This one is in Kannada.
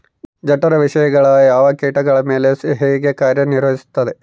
ಜಠರ ವಿಷಯಗಳು ಯಾವ ಕೇಟಗಳ ಮೇಲೆ ಹೇಗೆ ಕಾರ್ಯ ನಿರ್ವಹಿಸುತ್ತದೆ?